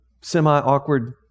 semi-awkward